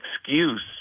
excuse